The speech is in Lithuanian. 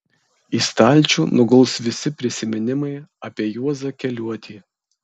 į stalčių nuguls ir visi prisiminimai apie juozą keliuotį